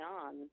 on